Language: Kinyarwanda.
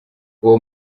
uwo